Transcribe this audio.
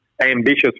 ambitious